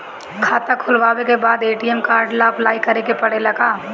खाता खोलबाबे के बाद ए.टी.एम कार्ड ला अपलाई करे के पड़ेले का?